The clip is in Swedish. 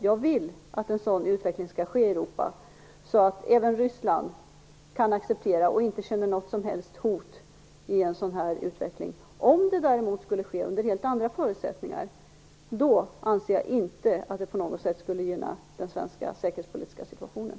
Jag vill att en sådan utveckling skall ske i Europa, att även Ryssland kan acceptera den och inte känner något som helst hot i den. Om det däremot skulle ske under helt andra förutsättningar, anser jag inte att det på något sätt skulle gynna den svenska säkerhetspolitiska situationen.